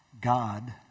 God